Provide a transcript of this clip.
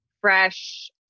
Fresh